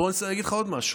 בוא ואגיד לך עוד משהו: